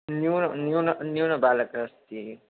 न्यूनः न्यूनः न्यूनबालकः अस्ति